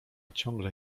ciągle